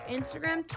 Instagram